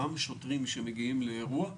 גם שוטרים שמגיעים לאירוע,